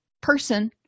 person